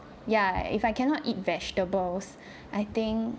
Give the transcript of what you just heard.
ya if I cannot eat vegetables I think